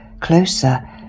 Closer